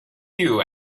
queue